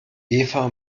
eva